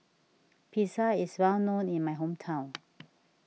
Pizza is well known in my hometown